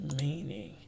meaning